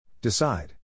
Decide